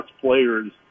players